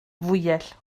fwyell